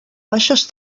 baixes